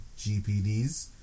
GPDs